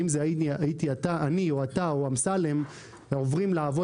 שאם זה הייתי אני או אתה או אמסלם עוברים לעבור